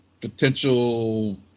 Potential